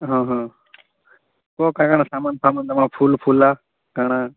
ହଁ ହଁ କୁହ କାଣା କାଣା ସାମାନ୍ ତମ ତମ ଫୁଲ୍ ଫୁଲା କାଣା